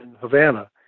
Havana